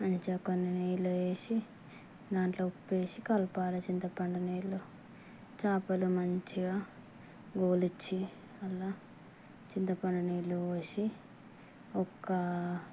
మంచిగా కొన్ని నీళ్ళు వేసి దాంట్లో ఉప్పు వేసి కలపాలి చింతపండు నీళ్ళు చేపలు మంచిగా ఒలిచి అలా చింతపండు నీళ్ళు పోసి ఒక